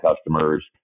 customers